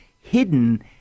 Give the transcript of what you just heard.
hidden